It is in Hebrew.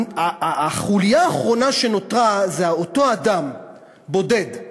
החוליה האחרונה שנותרה זה אותו אדם בודד,